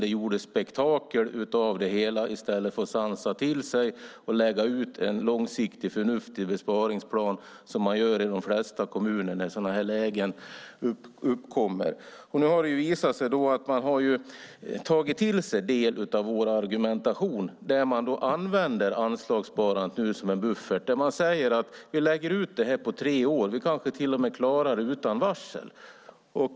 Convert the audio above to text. Det gjordes spektakel av det hela i stället för att sansa sig och lägga ut en långsiktig förnuftig besparingsplan, vilket man gör i de flesta kommuner när sådana lägen uppkommer. Nu har det visat sig att man tagit till sig en del av vår argumentation genom att använda anslagssparandet som en buffert. Man säger att man lägger ut det på tre år och att man kanske till och med klarar det hela utan varsel.